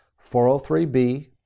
403b